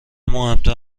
مهمتر